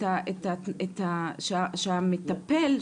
שהמטופל,